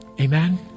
Amen